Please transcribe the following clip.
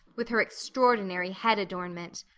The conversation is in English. with her extraordinary head adornment.